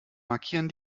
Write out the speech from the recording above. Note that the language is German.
markieren